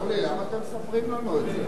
אורי, למה אתם מספרים לנו את זה?